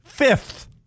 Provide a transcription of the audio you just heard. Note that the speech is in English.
Fifth